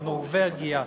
נורבגיה,